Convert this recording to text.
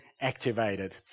activated